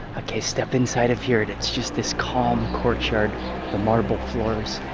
okay, step inside of here, and it's just this calm courtyard with marble floors.